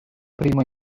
primo